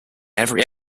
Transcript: every